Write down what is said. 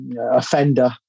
offender